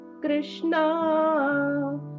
Krishna